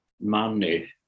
money